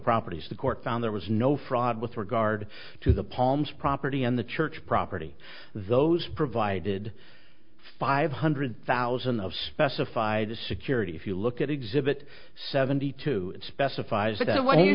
properties the court found there was no fraud with regard to the palms property and the church property those provided five hundred thousand of specified security if you look at exhibit seventy two specifies that what do you